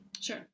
sure